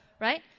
right